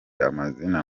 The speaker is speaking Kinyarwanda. amazina